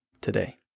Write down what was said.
today